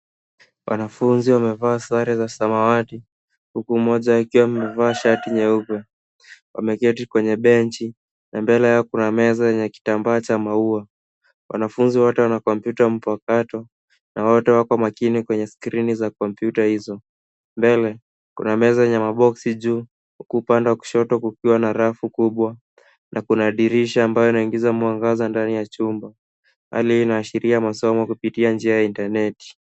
Wanafunzi wamevaa sare za samawati huku mmoja akiwa amevaa shati nyeupe. Wameketi kwenye benchi na mbele yao kuna meza yenye kitambaa cha maua. Wanafunzi wote wana kompyuta mpakato na wote wako makini kwenye skrini za kompyuta hizi. Mbele, kuna meza yenye maboksi juu huku upande wa kushoto kukiwa na rafu kubwa na kuna dirisha ambalo linaingiza mwangaza ndani ya chumba. Hali hii inaashiria masomo kupitia njia ya intaneti.